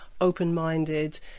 open-minded